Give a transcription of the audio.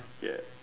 ya